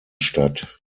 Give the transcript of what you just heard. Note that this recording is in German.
statt